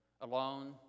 alone